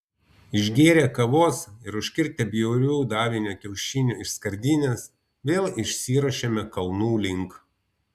išgėrę kavos ir užkirtę bjaurių davinio kiaušinių iš skardinės vėl išsiruošėme kalnų link